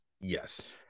Yes